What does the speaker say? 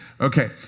Okay